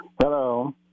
hello